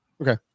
Okay